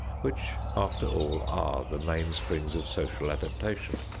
which after all are the mainsprings of social adaptation.